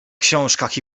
książkach